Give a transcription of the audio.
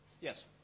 Yes